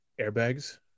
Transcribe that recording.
airbags